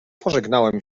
pożegnałem